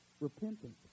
repentance